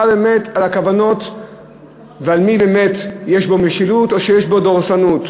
באמת את הכוונות ולמי יש באמת משילות או דורסנות,